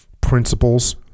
Principles